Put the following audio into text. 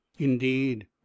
indeed